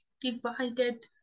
divided